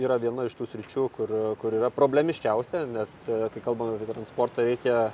yra viena iš tų sričių kur kur yra problemiškiausia nes kai kalbame apie transportą reikia